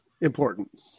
important